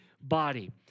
body